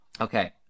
okay